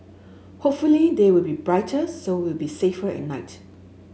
hopefully they will be brighter so it'll be safer at night